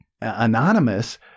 anonymous